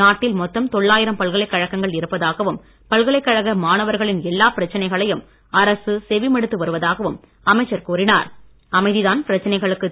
நாட்டில் மொத்தம் தொள்ளாயிரம் பல்கலைக் கழகங்கள் இருப்பதாகவும் பல்கலைக்கழக மாணவர்களின் எல்லாப் பிரச்சனைகளையும் அரசு செவி மடுத்து வருவதாகவும் அமைச்சர் அமைதிதான் பிரச்சனைகளுக்கு கூறினார்